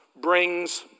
brings